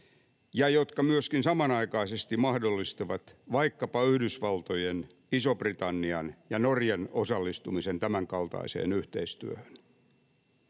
ja jotka samanaikaisesti myöskin mahdollistavat vaikkapa Yhdysvaltojen, Ison-Britannian ja Norjan osallistumisen tämänkaltaiseen yhteistyöhön.